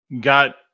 got